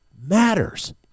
matters